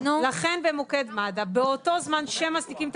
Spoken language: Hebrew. לכן במוקד מד"א באותו זמן שמזניקים את